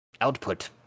output